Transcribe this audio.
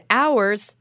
hours